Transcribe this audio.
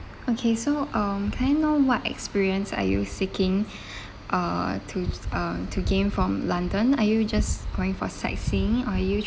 okay so um can I know what experience are you seeking uh to uh to gain from london are you just going for sightseeing or are you